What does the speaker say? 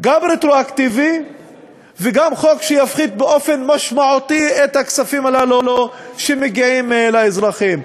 גם רטרואקטיבי וגם חוק שמפחית משמעותית את הכספים הללו שמגיעים לאזרחים.